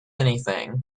anything